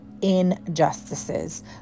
Injustices